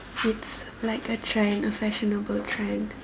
it's like a trend a fashionable trend